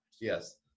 yes